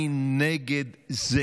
אני נגד זה